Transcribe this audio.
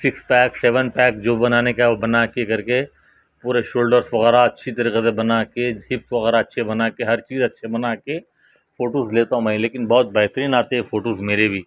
six pack seven pack جو بنانے کا ہے وہ بنا کے کر کے پورے شولڈرس وغیرہ اچھی طریقے سے بنا کے ہپس وغیرہ اچھے بنا کے ہر چیز اچھے بنا کے فوٹوز لیتا ہوں میں لیکن بہت بہترین آتے فوٹوز میرے بھی